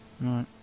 Right